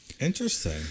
Interesting